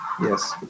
Yes